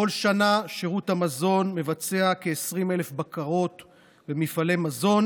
בכל שנה שירות המזון מבצע כ-20,000 בקרות במפעלי מזון